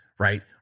Right